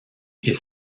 ils